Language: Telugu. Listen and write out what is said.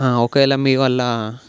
ఒకవేళ మీ వల్ల